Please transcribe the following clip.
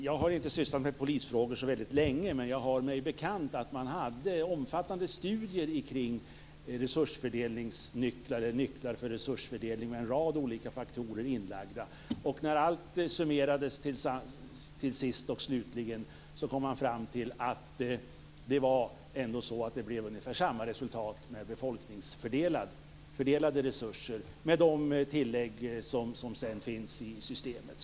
Jag har inte sysslat särskilt länge med polisfrågor, men det är bekant för mig att det har gjorts omfattande studier kring nycklar för resursfördelning med en rad olika faktorer inlagda. När allt sist och slutligen summerades kom man fram till att det blev ungefär samma resultat med fördelade resurser, med de tillägg som finns i systemet.